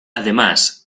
además